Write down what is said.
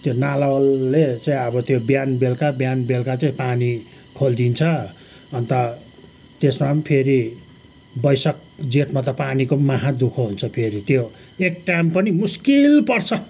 त्यो नालावालले चाहिँ अब त्यो बिहान बेलुका बिहान बेलुका चाहिँ पानी खोलिदिन्छ अन्त त्यसमा पनि फेरि बैशाख जेठमा त पानीको महादुःख हुन्छ फेरि त्यो एक टाइम पनि मुस्किल पर्छ